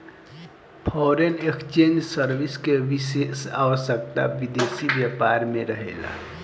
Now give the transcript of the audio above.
foreign exchange service के विशेष आवश्यकता विदेशी व्यापार में रहेला